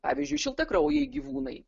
pavyzdžiui šiltakraujai gyvūnai